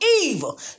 evil